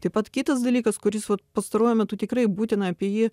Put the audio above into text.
taip pat kitas dalykas kuris va pastaruoju metu tikrai būtina apie jį